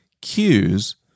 cues